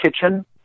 kitchen